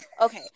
okay